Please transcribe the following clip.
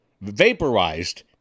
vaporized